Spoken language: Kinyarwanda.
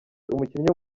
umukinnyi